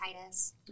Titus